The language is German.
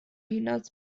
hinaus